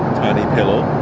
tiny pillow,